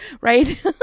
right